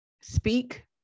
speak